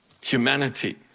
humanity